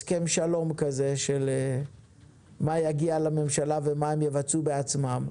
שלום כזה של מה יגיע לממשלה ומה הם יבצעו בעצמם.